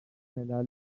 ملل